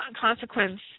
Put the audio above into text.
consequence